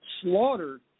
slaughtered